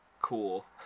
Cool